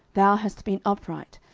thou hast been upright,